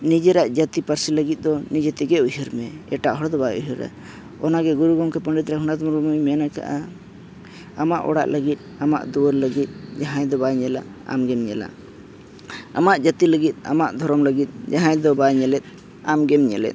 ᱱᱤᱡᱮᱨᱟᱜ ᱡᱟᱹᱛᱤ ᱯᱟᱹᱨᱥᱤ ᱞᱟᱹᱜᱤᱫ ᱫᱚ ᱱᱤᱡᱮ ᱛᱮᱜᱮ ᱩᱭᱦᱟᱹᱨ ᱢᱮ ᱮᱴᱟᱜ ᱦᱚᱲ ᱫᱚ ᱵᱟᱭ ᱩᱭᱦᱟᱹᱨᱟ ᱚᱱᱟᱜᱮ ᱜᱩᱨᱩ ᱜᱚᱢᱠᱮ ᱯᱚᱱᱰᱤᱛ ᱨᱚᱜᱷᱩᱱᱟᱛᱷ ᱢᱩᱨᱢᱩᱭ ᱞᱟᱹᱭ ᱟᱠᱟᱫᱼᱟ ᱟᱢᱟᱜ ᱚᱲᱟᱜ ᱞᱟᱹᱜᱤᱫ ᱟᱢᱟᱜ ᱫᱩᱭᱟᱹᱨ ᱞᱟᱹᱜᱤᱫ ᱡᱟᱦᱟᱸᱭ ᱫᱚ ᱵᱟᱭ ᱧᱮᱞᱟ ᱟᱢ ᱜᱮᱢ ᱧᱮᱞᱟ ᱟᱢᱟᱜ ᱡᱟᱹᱛᱤ ᱞᱟᱹᱜᱤᱫ ᱟᱢᱟᱜ ᱫᱷᱚᱨᱚᱢ ᱞᱟᱹᱜᱤᱫ ᱡᱟᱦᱟᱸᱭ ᱫᱚ ᱵᱟᱭ ᱧᱮᱞᱮᱫ ᱟᱢ ᱜᱮᱢ ᱧᱮᱞᱮᱫ